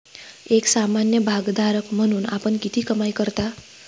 एक सामान्य भागधारक म्हणून आपण किती कमाई करता?